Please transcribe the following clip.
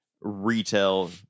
retail